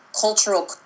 cultural